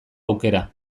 aukera